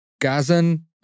Gazan